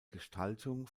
gestaltung